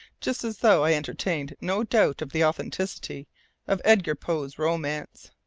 just as though i entertained no doubt of the authenticity of edgar poe's romance,